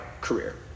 career